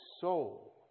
soul